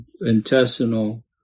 intestinal